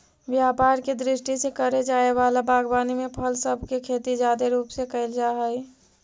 व्यापार के दृष्टि से करे जाए वला बागवानी में फल सब के खेती जादे रूप से कयल जा हई